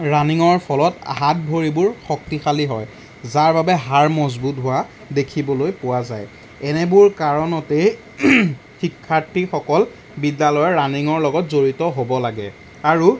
ৰানিঙৰ ফলত হাত ভৰিবোৰ শক্তিশালী হয় যাৰ বাবে হাড় মজবুত হোৱা দেখিবলৈ পোৱা যায় এনেবোৰ কাৰণতেই শিক্ষাৰ্থীসকল বিদ্যালয়ৰ ৰানিঙৰ লগত জড়িত হ'ব লাগে আৰু